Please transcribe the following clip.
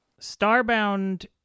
Starbound